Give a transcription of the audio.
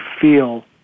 feel